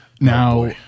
Now